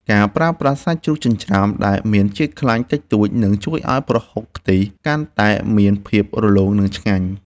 ការប្រើប្រាស់សាច់ជ្រូកចិញ្ច្រាំដែលមានជាតិខ្លាញ់តិចតួចនឹងជួយឱ្យប្រហុកខ្ទិះកាន់តែមានភាពរលោងនិងឆ្ងាញ់។